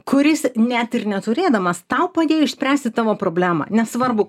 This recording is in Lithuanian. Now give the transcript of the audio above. kuris net ir neturėdamas tau padėjo išspręsti tavo problemą nesvarbu